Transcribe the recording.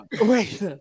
wait